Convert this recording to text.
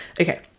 okay